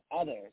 others